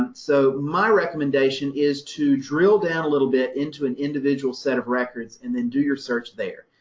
so my recommendation is to drill down a little bit into an individual set of records and then do your search there,